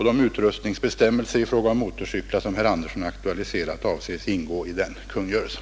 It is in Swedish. De utrustningsbestämmelser i fråga om motorcyklar som herr Andersson aktualiserat avses ingå i den kungörelsen.